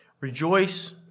Rejoice